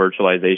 virtualization